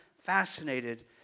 fascinated